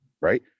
Right